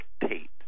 dictate